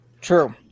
true